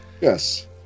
yes